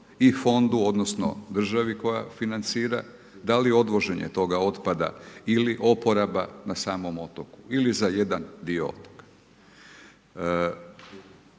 i fondu, odnosno, državi koja financira, da li odvoženje toga otpada ili oporaba na samom otoku ili za jedan dio.